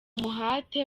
umuhate